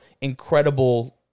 incredible